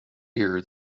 year